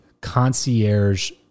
concierge